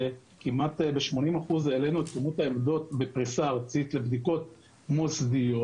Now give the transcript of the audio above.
העלינו כמעט ב-80 אחוז את כמות העמדות בפריסה ארצית לבדיקות מוסדיות.